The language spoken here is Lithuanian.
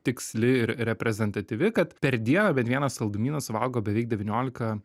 tiksli ir reprezentatyvi kad per dieną bent vieną saldumyną suvalgo beveik devyniolika